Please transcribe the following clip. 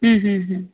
হুম হুম হুম